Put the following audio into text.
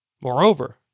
Moreover